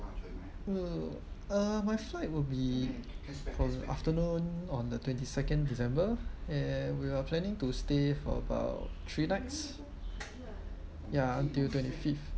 hmm um my flight will be on afternoon on the twenty second december and we are planning to stay for about three nights ya until twenty fifth